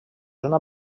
una